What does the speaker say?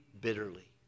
bitterly